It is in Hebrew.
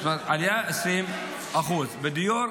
זאת אומרת עלייה של 20%; בדיור,